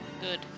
Good